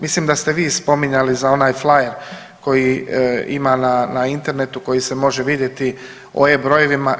Mislim da ste vi spominjali za onaj flajer koji ima na, na internetu koji se može vidjeti o E brojevima.